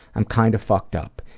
i'm kind of fucked-up.